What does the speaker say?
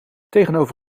tegenover